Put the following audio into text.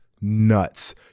nuts